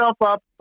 up